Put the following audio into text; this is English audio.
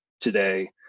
today